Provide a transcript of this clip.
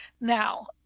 Now